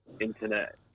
internet